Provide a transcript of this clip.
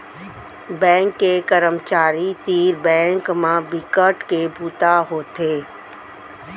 bank के करमचारी तीर बेंक म बिकट के बूता होथे